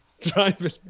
driving